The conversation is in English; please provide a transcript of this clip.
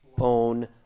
own